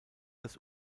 das